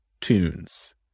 tunes